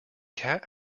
cat